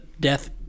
death